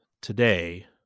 today